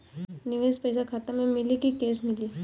निवेश पइसा खाता में मिली कि कैश मिली?